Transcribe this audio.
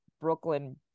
Brooklyn